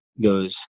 goes –